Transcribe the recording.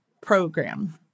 program